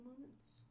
moments